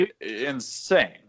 insane